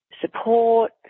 support